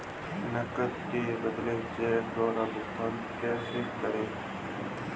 नकद के बदले चेक द्वारा भुगतान कैसे करें?